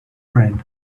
bread